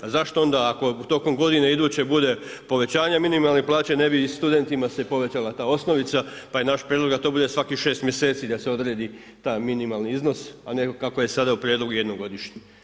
A zašto onda ako tokom godine iduće bude povećanja minimalne plaće ne bi i studentima se povećala ta osnovica pa je naš prijedlog da to bude svakih 6 mjeseci da se odredi taj minimalni iznos a ne kako je sada u prijedlogu jednom godišnje.